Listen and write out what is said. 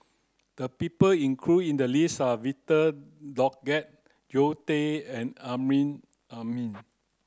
the people include in the list are Victor Doggett Zoe Tay and Amrin Amin